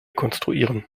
konstruieren